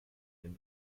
den